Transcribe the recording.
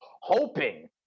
hoping